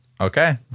okay